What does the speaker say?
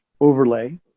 overlay